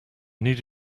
need